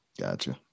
Gotcha